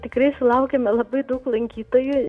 tikrai sulaukiame labai daug lankytojų